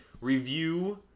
review